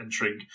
entering